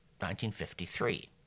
1953